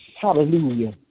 Hallelujah